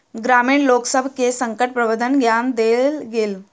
ग्रामीण लोकसभ के संकट प्रबंधनक ज्ञान देल गेल